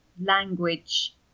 language